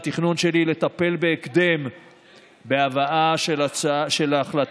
התכנון שלי הוא לטפל בהקדם בהבאה של החלטת